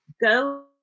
go